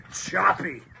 Choppy